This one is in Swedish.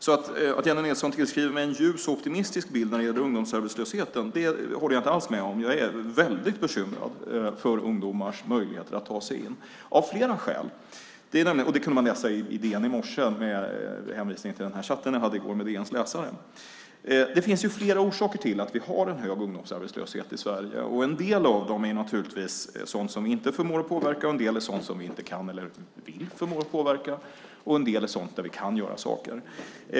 Jennie Nilsson tillskriver mig en ljus och optimistisk bild när det gäller ungdomsarbetslösheten. Detta håller jag inte alls med om. Jag är av flera skäl väldigt bekymrad över ungdomars möjligheter att ta sig in på arbetsmarknaden. Det kunde man läsa i DN i morse med hänvisning till den chatt jag hade i går med DN:s läsare. Det finns flera orsaker till att vi har en hög ungdomsarbetslöshet i Sverige. En del av dem är naturligtvis sådant vi inte förmår att påverka, en del är sådant vi inte kan eller vill förmå påverka och en del är sådant där vi kan göra saker.